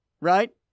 right